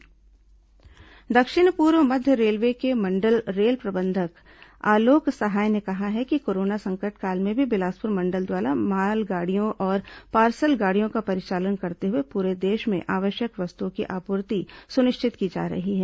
rail प्रबंधक प्रेसवार्ता दक्षिण पूर्व मध्य रेलवे के मंडल रेल प्रबंधक आलोक सहाय ने कहा है कि कोरोना संकट काल में भी बिलासपुर मंडल द्वारा मालगाड़ियों और पार्सल गाड़ियों का परिचालन करते हुए पूरे देश में आवश्यक वस्तुओं की आपूर्ति सुनिश्चित की जा रही है